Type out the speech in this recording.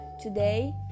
today